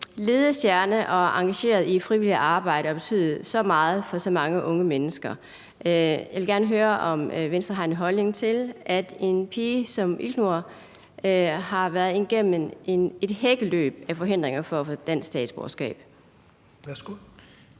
ledestjerne og været engageret i frivilligt arbejde og har betydet så meget for så mange unge mennesker. Jeg vil gerne høre, om Venstre har en holdning til, at en pige som Ilknur har været igennem et hækkeløb af forhindringer for at få dansk statsborgerskab.